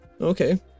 okay